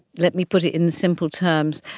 let me put it in simple terms,